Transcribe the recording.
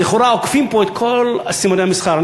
אז לכאורה עוקפים פה את כל סימני המסחר.